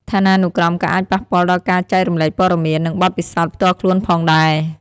ឋានានុក្រមក៏អាចប៉ះពាល់ដល់ការចែករំលែកព័ត៌មាន និងបទពិសោធន៍ផ្ទាល់ខ្លួនផងដែរ។